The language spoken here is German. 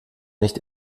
nicht